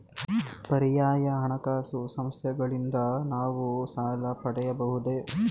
ಪರ್ಯಾಯ ಹಣಕಾಸು ಸಂಸ್ಥೆಗಳಿಂದ ನಾವು ಸಾಲ ಪಡೆಯಬಹುದೇ?